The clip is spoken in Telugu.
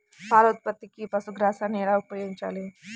పాల ఉత్పత్తికి పశుగ్రాసాన్ని ఎలా ఉపయోగించాలి?